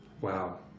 Wow